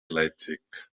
leipzig